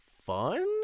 fun